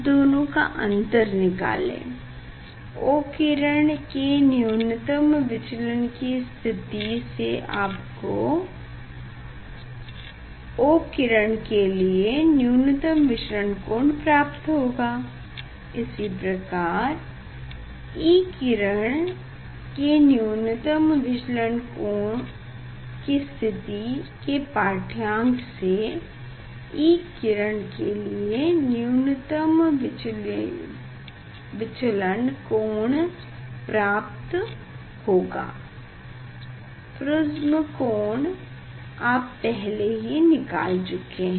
दोनों का अंतर निकाले O किरण के न्यूनतम विचलन की स्थिति से आपको O किरण के लिए न्यूनतम विचलन कोण प्राप्त होगा उसी प्रकार E किरण के न्यूनतम विचलन स्थिति के पाढ़यांक से E किरण के लिए न्यूनतम विचलन कोण प्राप्त होगा प्रिस्म कोण आप पहले ही निकाल चुके हैं